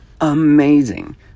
amazing